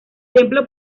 templo